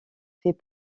fait